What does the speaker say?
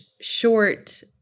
short